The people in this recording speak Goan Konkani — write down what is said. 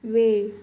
वेळ